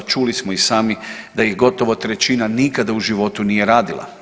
Čuli smo i sami da ih gotovo trećina nikada u životu nije radila.